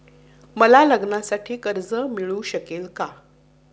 मला लग्नासाठी कर्ज मिळू शकेल का?